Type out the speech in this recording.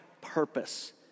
purpose